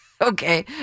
Okay